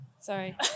Sorry